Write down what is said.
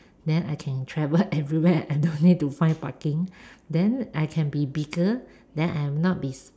then I can travel everywhere I don't need to find parking then I can be bigger then I will not be